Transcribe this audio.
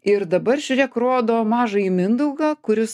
ir dabar žiūrėk rodo mažąjį mindaugą kuris